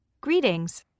Greetings